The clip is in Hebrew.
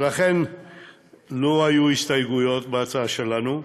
ולכן לא היו הסתייגויות בהצעה שלנו,